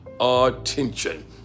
attention